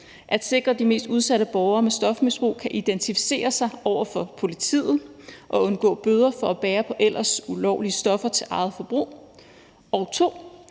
at sikre, at de mest udsatte borgere med stofmisbrug kan identificere sig over for politiet og undgå bøder for at bære ellers ulovlige stoffer til eget forbrug, og 2)